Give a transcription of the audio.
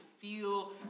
feel